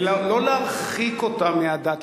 ולא להרחיק אותם מהדת,